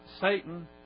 Satan